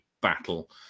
battle